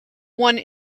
one